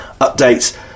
Updates